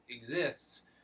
exists